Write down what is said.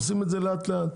עושים את זה לאט לאט,